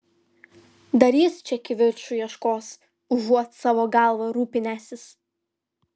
dar jis čia kivirču ieškos užuot savo galva rūpinęsis